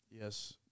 Yes